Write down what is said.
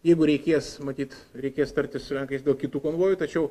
jeigu reikės matyt reikės tartis su lenkais dėl kitų konvojų tačiau